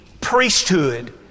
priesthood